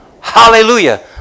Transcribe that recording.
Hallelujah